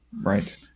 Right